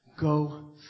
go